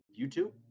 YouTube